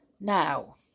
Now